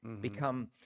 become